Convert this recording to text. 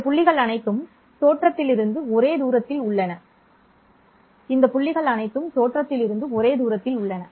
இந்த புள்ளிகள் அனைத்தும் தோற்றத்திலிருந்து ஒரே தூரத்தில் உள்ளன இந்த புள்ளிகள் அனைத்தும் தோற்றத்திலிருந்து ஒரே தூரத்தில் உள்ளன